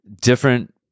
different